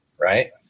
right